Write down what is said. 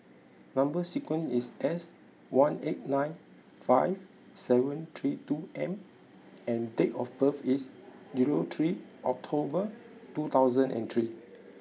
number sequence is S one eight nine five seven three two M and date of birth is zero three October two thousand and three